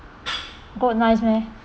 goat nice meh